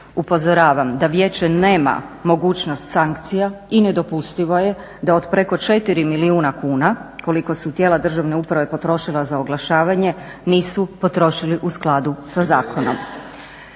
Upozoravam da vijeće nema mogućnost sankcija i nedopustivo je da od preko 4 milijuna kuna koliko su tijela državne uprave potrošila za oglašavanje, nisu potrošili u skladu sa zakonom.